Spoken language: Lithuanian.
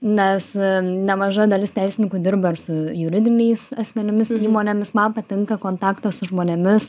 nes nemaža dalis teisininkų dirba ir su juridiniais asmenimis ir įmonėmis man patinka kontaktas su žmonėmis